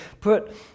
put